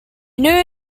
knew